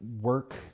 work